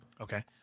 okay